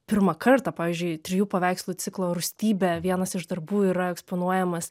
pirmą kartą pavyzdžiui trijų paveikslų ciklo rūstybė vienas iš darbų yra eksponuojamas